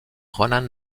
ronan